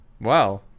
Wow